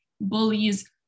bullies